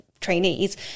trainees